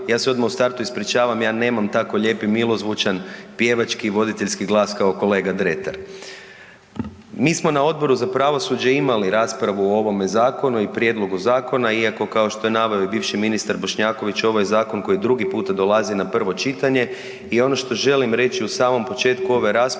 Ja se odmah u startu ispričavam, ja nemam tako lijep i milozvučan pjevački i voditeljski glas kao kolega Dretar. Mi smo na Odboru za pravosuđe imali raspravu o ovome zakonu i prijedlogu zakona, iako, kao što je naveo i bivši ministar Bošnjaković, ovo je zakon koji 2. puta dolazi na prvo čitanje i ono što želim reći u samom početku ove rasprave,